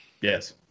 Yes